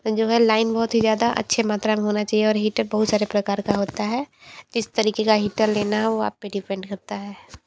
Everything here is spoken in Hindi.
जो है लायन बहुत ही ज़्यादा अच्छी मात्रा में होना चाहिए और हिटर बहुत सारे प्रकार के होते हैं किस तरीक़े का हिटर लेना वो आप पर डिपेंड करता है